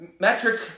metric